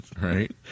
Right